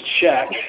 check